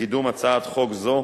בקידום הצעת חוק זו,